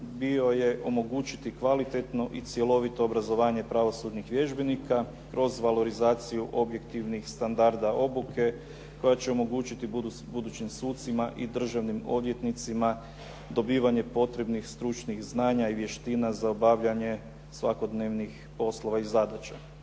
bio je omogućiti kvalitetno i cjelovito obrazovanje pravosudnih vježbenika kroz valorizaciju objektivnih standarda obuke koja će omogućiti budućim sucima i državnim odvjetnicima dobivanje potrebnih stručnih znanja i vještina za obavljanje svakodnevnih poslova i zadaća.